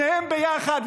שניהם ביחד.